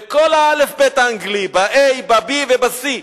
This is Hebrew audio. בכל האל"ף-בי"ת האנגלי, ב-A, B וב-C,